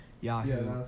Yahoo